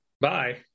Bye